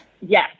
Yes